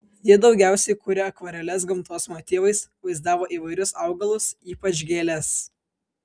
ji daugiausiai kūrė akvareles gamtos motyvais vaizdavo įvairius augalus ypač gėles